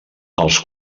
els